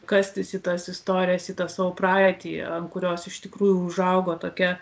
kastis į tas istorijas į tą savo praeitį ant kurios iš tikrųjų užaugo tokia